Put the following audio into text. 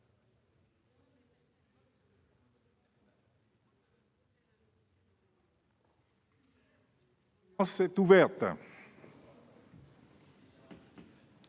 La séance est ouverte.